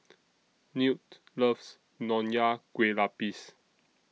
Newt loves Nonya Kueh Lapis